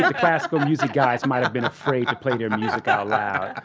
ah classical music guys might've been afraid to play their music out loud.